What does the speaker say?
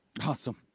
Awesome